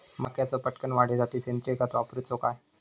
मक्याचो पटकन वाढीसाठी सेंद्रिय खत वापरूचो काय?